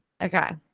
Okay